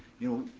you know,